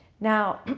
now,